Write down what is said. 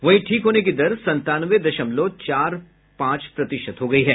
वहीं ठीक होने की दर संतानवे दशमलव पांच चार प्रतिशत हो गयी है